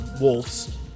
Wolves